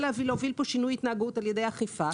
להוביל כאן שינוי התנהגות על ידי אכיפה.